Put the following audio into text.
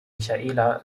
michaela